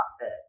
fit